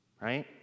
right